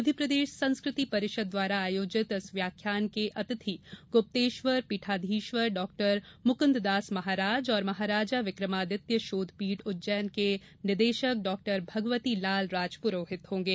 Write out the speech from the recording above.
मध्यप्रदेश संस्कृति परिषद् द्वारा आयोजित इस व्याख्यान के अतिथि गुप्तेश्वर पीठाधीश्वर डॉ मुकुन्ददास महाराज और महाराजा विक्रमादित्य शोधपीठ उज्जैन के निदेशक डॉ भगवतीलाल राजपुरोहित होंगे